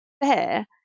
fair